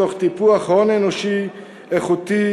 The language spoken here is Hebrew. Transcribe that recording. תוך טיפוח הון אנושי איכותי,